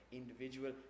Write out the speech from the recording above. individual